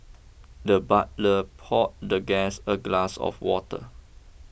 the butler poured the guest a glass of water